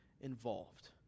involved